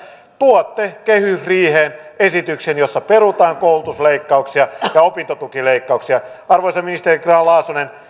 tuotte kehysriiheen esityksen jossa perutaan koulutusleikkauksia ja opintotukileikkauksia arvoisa ministeri grahn laasonen